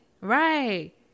Right